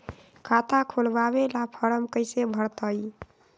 खाता खोलबाबे ला फरम कैसे भरतई?